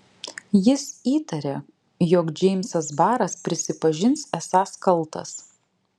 jis įtarė jog džeimsas baras prisipažins esąs kaltas